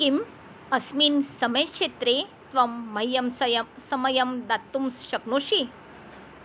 किम् अस्मिन् समयक्षेत्रे त्वं मह्यं सय समयं दातुं शक्नोषि